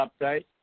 update